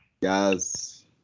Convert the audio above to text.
Yes